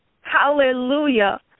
Hallelujah